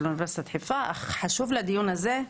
אוניברסיטת חיפה אך חשוב לדיון הזה,